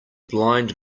blind